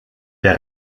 der